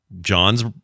John's